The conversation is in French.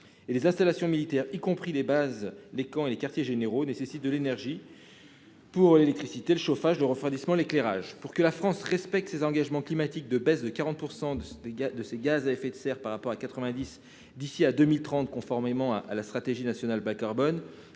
les installations militaires, y compris les bases, les camps et les quartiers généraux, nécessitent de l'énergie pour l'électricité, le chauffage, le refroidissement, l'éclairage. Pour que la France respecte ses engagements climatiques de baisse de 40 % de ses GES par rapport à 1990 d'ici à 2030 conformément à la stratégie nationale bas-carbone,